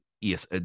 yes